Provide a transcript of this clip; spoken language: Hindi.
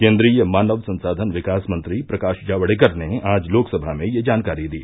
केन्द्रीय मानव संसाधन विकास मंत्री प्रकाश जाक्डेकर ने आज लोकसभा में ये जानकारी दी